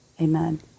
amen